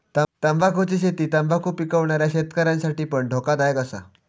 तंबाखुची शेती तंबाखु पिकवणाऱ्या शेतकऱ्यांसाठी पण धोकादायक असा